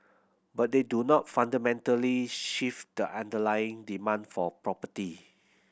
but they do not fundamentally shift the underlying demand for property